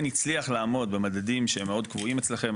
הצליח לעמוד במדדים שהם מאוד קבועים אצלכם,